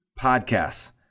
podcasts